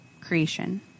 Creation